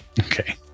Okay